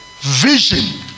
vision